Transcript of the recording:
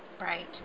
Right